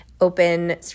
open